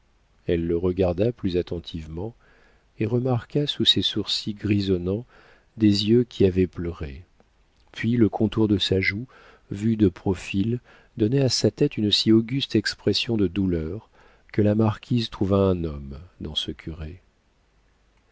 elle le regarda plus attentivement et remarqua sous ses sourcils grisonnants des yeux qui avaient pleuré puis le contour de sa joue vue de profil donnait à sa tête une si auguste expression de douleur que la marquise trouva un homme dans ce curé